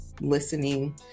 listening